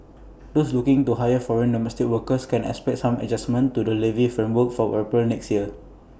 those looking to hire foreign domestic workers can expect some adjustments to the levy framework from April next year